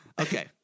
Okay